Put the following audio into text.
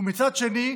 ומצד שני,